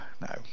no